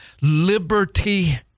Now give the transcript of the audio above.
liberty